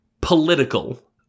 political